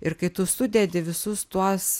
ir kai tu sudedi visus tuos